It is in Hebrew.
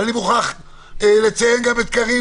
אני מוכרח לציין גם את קארין,